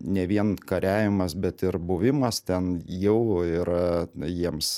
ne vien kariavimas bet ir buvimas ten jau yra jiems